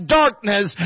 darkness